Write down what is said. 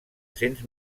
cents